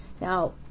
Now